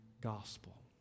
gospel